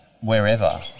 wherever